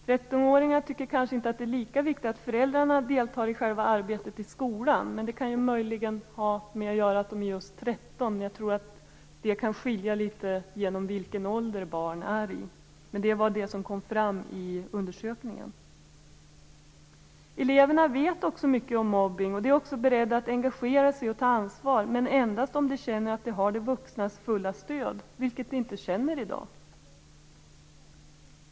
13 åringar tycker kanske inte att det är lika viktigt att föräldrarna deltar i själva arbetet i skolan, men det kan ju möjligen ha att göra med att de är just 13 år gamla. Jag tror att det kan skilja litet beroende på vilken ålder barnen är i. Det var i alla fall vad som kom fram i undersökningen. Eleverna vet mycket om mobbning, och de är också beredda att engagera sig och ta ansvar, men endast om de känner att de har de vuxnas fulla stöd, vilket de inte känner i dag.